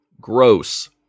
Gross